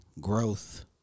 growth